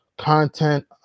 Content